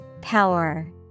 Power